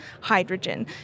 hydrogen